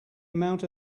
amount